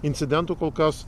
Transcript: incidentų kol kas